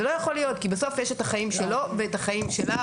זה לא יכול להיות כי בסוף יש את החיים שלו ואת החיים שלה